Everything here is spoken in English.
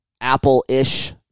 Apple-ish